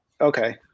okay